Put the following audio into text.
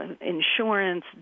insurance